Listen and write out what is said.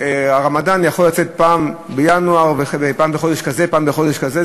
הרמדאן יכול לצאת פעם בינואר ופעם בחודש כזה ופעם בחודש כזה,